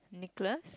Nicholas